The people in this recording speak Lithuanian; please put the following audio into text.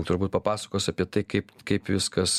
turbūt papasakos apie tai kaip kaip viskas